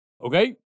Okay